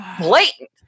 blatant